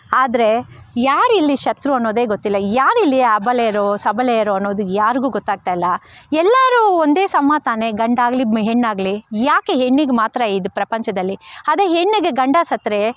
ಆದರೆ ಯಾರು ಇಲ್ಲಿ ಶತ್ರು ಅನ್ನೋದೇ ಗೊತ್ತಿಲ್ಲ ಯಾರು ಇಲ್ಲಿ ಅಬಲೆಯರೋ ಸಬಲೆಯರೋ ಅನ್ನೋದು ಯಾರಿಗೂ ಗೊತ್ತಾಗ್ತಾಯಿಲ್ಲ ಎಲ್ಲರೂ ಒಂದೇ ಸಮ ತಾನೇ ಗಂಡಾಗಲಿ ಮ್ ಹೆಣ್ಣಾಗಲಿ ಯಾಕೆ ಹೆಣ್ಣಿಗೆ ಮಾತ್ರ ಇದು ಪ್ರಪಂಚದಲ್ಲಿ ಅದೇ ಹೆಣ್ಣಿಗೆ ಗಂಡ ಸತ್ತರೆ